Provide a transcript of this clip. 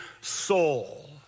soul